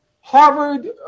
Harvard